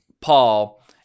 Paul